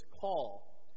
call